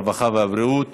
הרווחה והבריאות